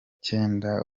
cyenda